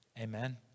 Amen